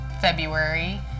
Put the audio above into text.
February